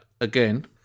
again